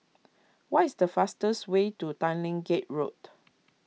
what is the fastest way to Tanglin Gate Road